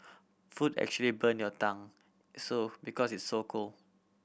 food actually burn your tongue so because it's so cold